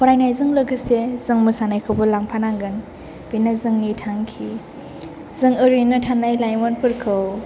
फरायनायजों लोगोसे जों मोसानायखौबो लांफानांगोन बेनो जोंनि थांखि जों ओरैनो थानाय लाइमोनफोरखौ